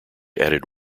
added